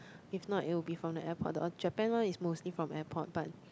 if not it will be from the airport the Japan one is mostly from airport but